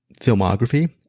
filmography